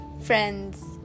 friends